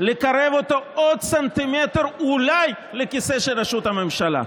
לקרב אותו עוד סנטימטר אולי לכיסא של ראשות הממשלה.